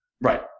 Right